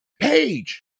page